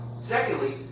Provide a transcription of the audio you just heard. Secondly